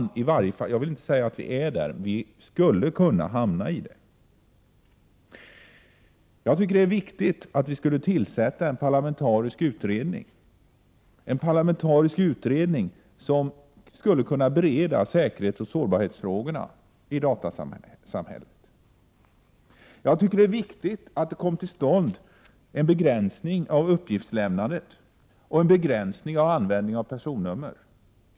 Jag vill inte säga att vi är där, men vi skulle kunna hamna = Prot. 1988/89:104 i det. 26 april 1989 Jag tycker att det är viktigt att man tillsätter en parlamentarisk utredning, SO Nn som skulle kunna bereda säkerhetsoch sårbarhetsfrågorna i datasamhället. Jag tycker att det är viktigt att en begränsning av uppgiftslämnandet och av användandet av personnumren kommer till stånd.